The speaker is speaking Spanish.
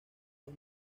los